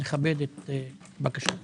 אני מכבד את בקשת היושב-ראש.